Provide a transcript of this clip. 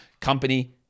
company